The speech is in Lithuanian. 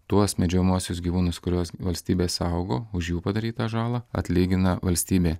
tuos medžiojamuosius gyvūnus kuriuos valstybė saugo už jų padarytą žalą atlygina valstybė